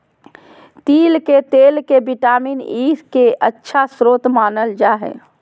तिल के तेल के विटामिन ई के अच्छा स्रोत मानल जा हइ